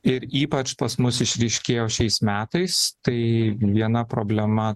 ir ypač pas mus išryškėjo šiais metais tai viena problema